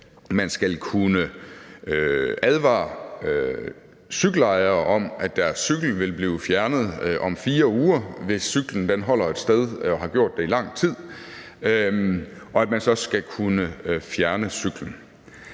man skal kunne advare cykelejere om, at deres cykel vil blive fjernet om 4 uger, hvis cyklen holder et sted og har gjort det i lang tid, og at man så skal kunne fjerne cyklen.